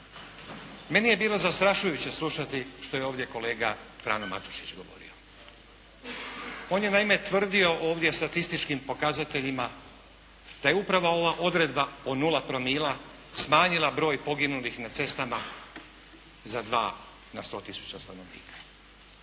Meni je bilo zastrašujuće slušati što je ovdje kolega Frano Matušić govorio. On je naime tvrdio ovdje statističkim pokazateljima da je upravo ova odredba o nula promila smanjila broj poginulih na cestama za 2 na 100 tisuća stanovnika.